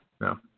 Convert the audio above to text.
no